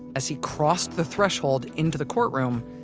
as he crossed the threshold into the courtroom,